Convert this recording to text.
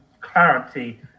clarity